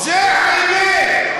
שנייה, זו האמת.